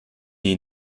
nie